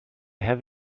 have